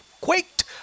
quaked